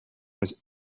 was